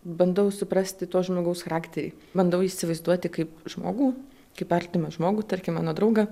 bandau suprasti to žmogaus charakterį bandau įsivaizduoti kaip žmogų kaip artimą žmogų tarkim mano draugą